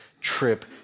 trip